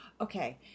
Okay